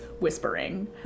whispering